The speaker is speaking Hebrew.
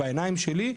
בעיניים שלי,